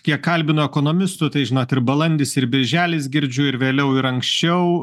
kiek kalbino ekonomistų tai žinot ir balandis ir birželis girdžiu ir vėliau ir anksčiau